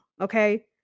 Okay